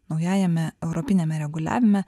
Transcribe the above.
naujajame europiniame reguliavime